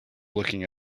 looking